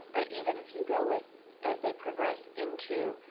but even if you go with as they progress into,